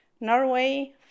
Norway